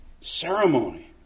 ceremony